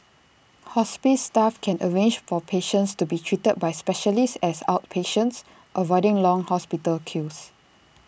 hospice staff can arrange for patients to be treated by specialists as outpatients avoiding long hospital queues